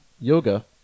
yoga